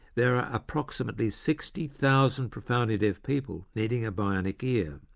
there are approximately sixty thousand profoundly deaf people needing a bionic ear.